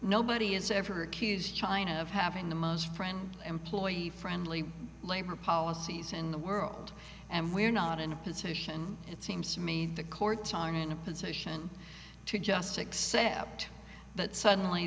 nobody has ever accused china of having the most friendly employee friendly labor policies in the world and we're not in a position it seems to me the court tarn in a position to just accept that suddenly